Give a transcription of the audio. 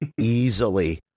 easily